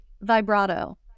vibrato